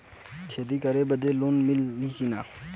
खेती करे बदे लोन मिली कि ना?